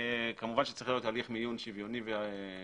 כמובן שצריך להיות הליך מיון שוויוני ופתוח,